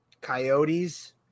coyotes